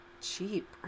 cheap